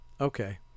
okay